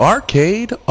Arcade